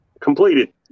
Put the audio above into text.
completed